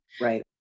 Right